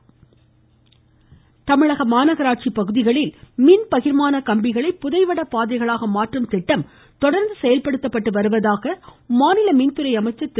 ம் ம் ம் ம் ம தங்கமனி தமிழக மாநகராட்சி பகுதிகளில் மின் பகிர்மாண கம்பிகளை புதைவட பாதைகளாக மாற்றும் திட்டம் தொடர்ந்து செயல்படுத்தப்பட்டு வருவதாக மாநில மின்துறை அமைச்சர் திரு